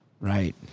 right